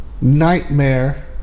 nightmare